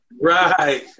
Right